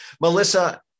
Melissa